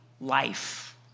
life